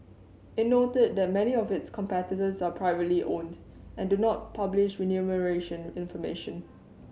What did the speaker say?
it noted that many of its competitors are privately owned and do not publish remuneration information